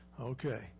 Okay